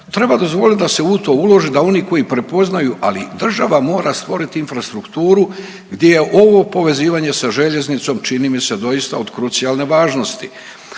treba dozvoliti da se u to uloži, da oni koji prepoznaju, ali država mora stvoriti infrastrukturu gdje je ovo povezivanje sa željeznicom, čini mi se, doista od krucijalne važnosti,